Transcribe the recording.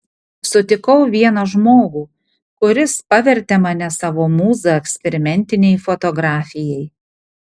sutikau vieną žmogų kuris pavertė mane savo mūza eksperimentinei fotografijai